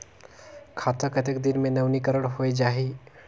खाता कतेक दिन मे नवीनीकरण होए जाहि??